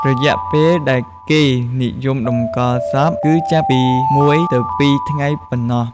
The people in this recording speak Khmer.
រយៈពេលដែលគេនិយមតម្កល់សពគឺចាប់ពី ១ទៅ២ ថ្ងៃប៉ុណ្ណោះ។